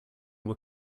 were